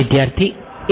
વિદ્યાર્થી એક